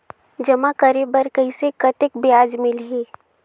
जमा करे बर कइसे कतेक ब्याज मिलही?